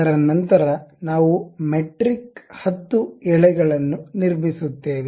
ಅದರ ನಂತರ ನಾವು ಮೆಟ್ರಿಕ್ 10 ಎಳೆಗಳನ್ನು ನಿರ್ಮಿಸುತ್ತೇವೆ